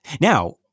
Now